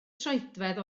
troedfedd